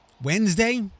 Wednesday